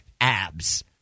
abs